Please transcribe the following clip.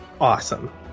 Awesome